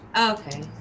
Okay